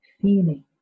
feeling